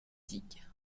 digue